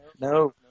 no